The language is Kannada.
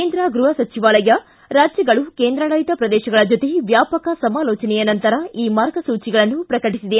ಕೇಂದ್ರ ಗೃಹ ಸಚಿವಾಲಯ ರಾಜ್ಜಗಳು ಕೇಂದ್ರಾಡಳತ ಪ್ರದೇಶಗಳ ಜೊತೆ ವ್ಯಾಪಕ ಸಮಾಲೋಚನೆಯ ನಂತರ ಈ ಮಾರ್ಗಸೂಚಿಗಳನ್ನು ಪ್ರಕಟಿಸಿದೆ